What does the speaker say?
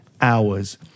hours